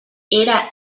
era